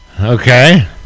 Okay